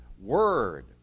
word